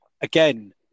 again